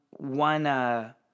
One